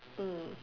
mm